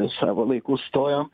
savo laiku stojom